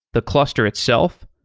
the cluster itself,